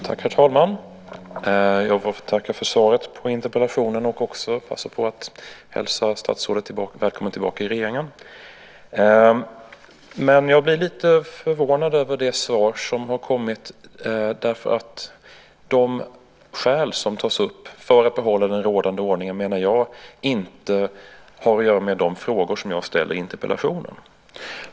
Herr talman! Jag ber att få tacka för svaret på interpellationen och vill också passa på att hälsa statsrådet välkommen tillbaka i regeringen. Jag blir dock lite förvånad över det svar som har lämnats. De skäl som tas upp för att behålla den rådande ordningen har nämligen inte, menar jag, att göra med de frågor som jag ställer i interpellationen.